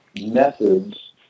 methods